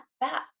back